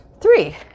three